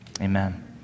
amen